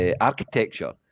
architecture